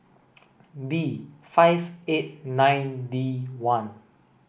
B five eight nine D one